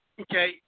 Okay